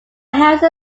house